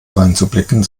dreinzublicken